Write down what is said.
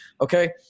Okay